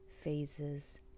phases